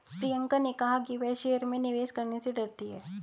प्रियंका ने कहा कि वह शेयर में निवेश करने से डरती है